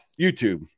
YouTube